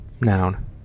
Noun